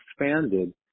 expanded